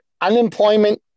unemployment